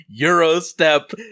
Eurostep